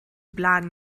blagen